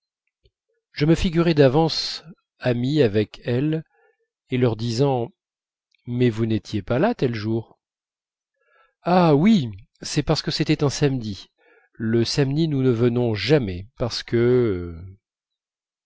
je me figurais d'avance ami avec elles et leur disant mais vous n'étiez pas là tel jour ah oui c'est parce que c'était un samedi le samedi nous ne venons jamais parce que